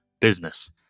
business